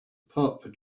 pup